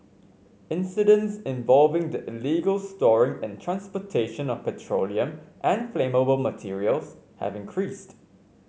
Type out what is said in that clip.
incidents involving the illegal storing and transportation of petroleum and flammable materials have increased